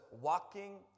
walking